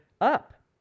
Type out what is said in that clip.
up